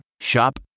Shop